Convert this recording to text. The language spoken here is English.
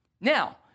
Now